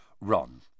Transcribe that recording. Ron